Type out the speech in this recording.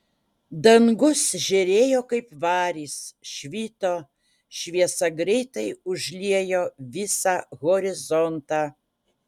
dangus žėrėjo kaip varis švito šviesa greitai užliejo visą horizontą